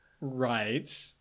Right